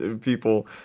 people